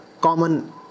common